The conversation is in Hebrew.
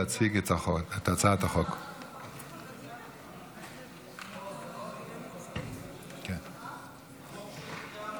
הצעת חוק הארכת תקופות ודחיית מועדים (הוראת שעה,